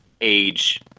age